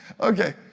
Okay